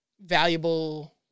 valuable